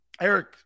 Eric